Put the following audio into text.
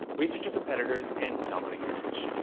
research your competitors and dominate your niche.